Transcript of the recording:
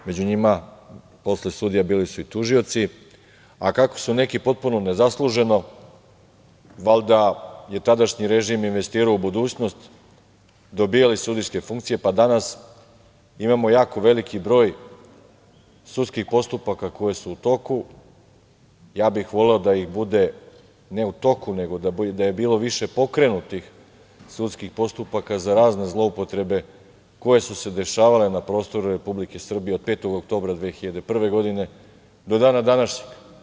Među njima, posle sudija, bili su i tužioci, a kako su neki potpuno nezasluženo, valjda je tadašnji režim investirao u budućnost, dobijali sudijske funkcije, pa danas imamo jako veliki broj sudskih postupaka koji su u toku, ja bih voleo da ih bude ne u toku, nego da je bilo više pokrenutih sudskih postupaka za razne zloupotrebe koje su se dešavale na prostoru Republike Srbije od 5. oktobra 2001. godine do dana današnjeg.